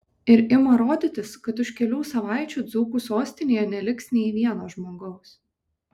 ir ima rodytis kad už kelių savaičių dzūkų sostinėje neliks nei vieno žmogaus